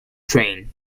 train